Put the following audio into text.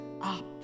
up